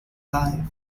live